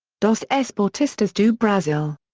dos esportistas do brasil.